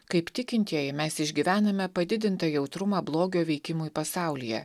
kaip tikintieji mes išgyvename padidintą jautrumą blogio veikimui pasaulyje